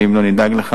ואם לא נדאג לכך,